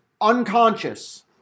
unconscious